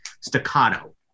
staccato